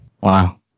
Wow